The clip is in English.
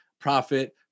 profit